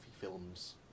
films